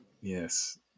Yes